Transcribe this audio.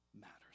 matters